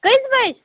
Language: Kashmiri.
کٔژِ بَجہِ